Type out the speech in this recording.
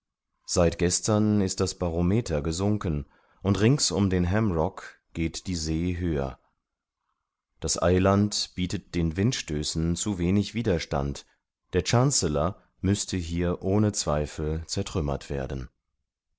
seit gestern ist das barometer gesunken und rings um den ham rock geht die see höher das eiland bietet den windstößen zu wenig widerstand der chancellor müßte hier ohne zweifel zertrümmert werden